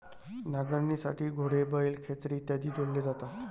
नांगरणीसाठी घोडे, बैल, खेचरे इत्यादी जोडले जातात